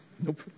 nope